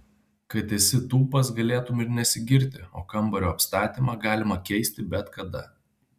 kad esi tūpas galėtum ir nesigirti o kambario apstatymą galima keisti bet kada